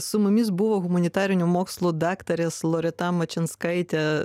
su mumis buvo humanitarinių mokslų daktarės loreta mačianskaitė